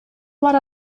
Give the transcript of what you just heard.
бар